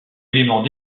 éléments